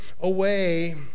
away